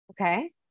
Okay